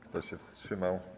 Kto się wstrzymał?